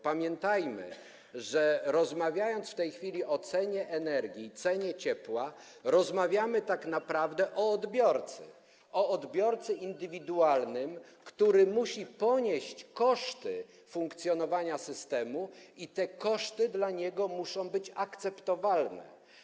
Pamiętajmy, że rozmawiając w tej chwili o cenie energii, cenie ciepła, rozmawiamy tak naprawdę o odbiorcy, o odbiorcy indywidualnym, który musi ponieść koszty funkcjonowania systemu i te koszty dla niego muszą być akceptowalne.